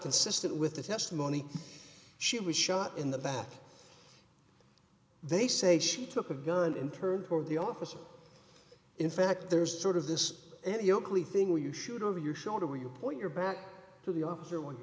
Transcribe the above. consistent with the testimony she was shot in the back they say she took a gun and turned toward the officer in fact there's sort of this any oakley thing where you shoot over your shoulder where you point your back to the officer